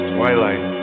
Twilight